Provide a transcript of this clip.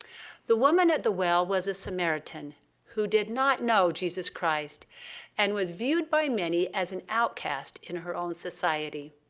the woman at the well was a samaritan who did not know jesus christ and was viewed by many as an outcast in her own society.